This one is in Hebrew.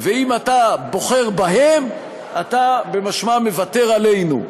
ואם אתה בוחר בהם, אתה במשמע מוותר עלינו.